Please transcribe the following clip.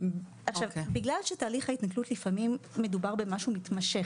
בגלל שתהליך ההתנכלות לפעמים הוא מתמשך,